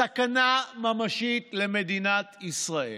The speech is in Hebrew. סכנה ממשית למדינת ישראל.